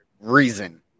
reason